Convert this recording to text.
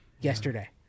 yesterday